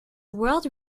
world